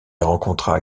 rencontra